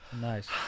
Nice